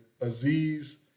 Aziz